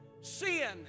Sin